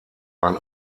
ein